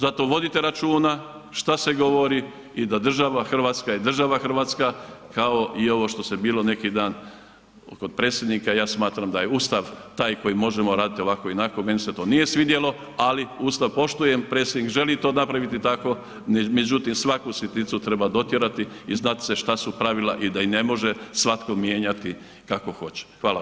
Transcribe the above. Zato vodite računa šta se govori i da država Hrvatska je država Hrvatska kao i ovo što se bilo neki dan kod predsjednika, ja smatram da je Ustav taj koji možemo raditi ovako i onako meni se to nije svidjelo, ali Ustav poštujem, predsjednik želi to napraviti tako, međutim svaku sitnicu treba dotjerati i znati šta su pravila i da ih ne može svatko mijenjati kako hoće.